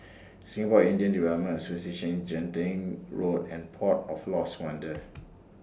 Singapore Indian Development Association Genting Road and Port of Lost Wonder